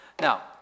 Now